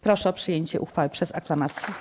Proszę o przyjęcie uchwały przez aklamację.